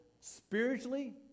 spiritually